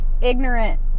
ignorant